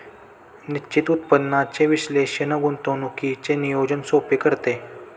निश्चित उत्पन्नाचे विश्लेषण गुंतवणुकीचे नियोजन सोपे करते